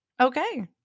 Okay